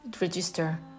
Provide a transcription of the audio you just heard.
register